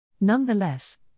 Nonetheless